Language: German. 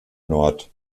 nord